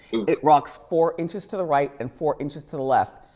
it rocks four inches to the right and four inches to the left.